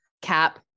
cap